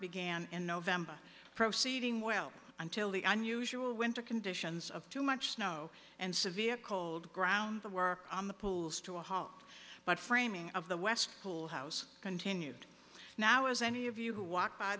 began in november proceeding well until the unusual winter conditions of too much snow and severe cold ground the work on the pools to a halt but framing of the west pool house continued now as any of you who walk by